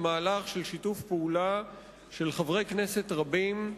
במהלך של שיתוף פעולה של חברי כנסת רבים,